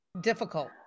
difficult